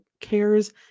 cares